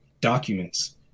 documents